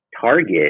target